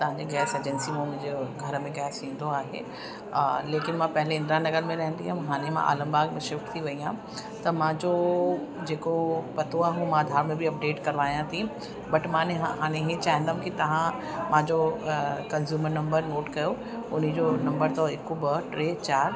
तव्हांजे gas agency में मुंहिंजो घर में गैस ईंदो आहे लेकिन मां पहिले इंदिरा नगर में रहंदी हुअमि हाणे मां आलम बाग़ में शिफ्ट थी वई आहे त मुंहिंजो जेको पतो आहे हो मां आधार में बि अपडेट करवाया थी बट माने हाने हीअं चाहिंदमि की तव्हां मुंहिंजो कंज्यूमर नंबर नोट कयो उन जो नंबर अथव हिकु ॿ टे चार